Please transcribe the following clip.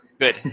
Good